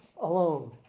alone